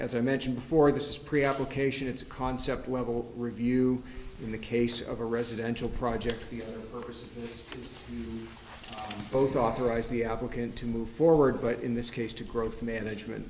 as i mentioned before this is pre application it's a concept level review in the case of a residential project the purpose of both authorize the applicant to move forward but in this case to growth management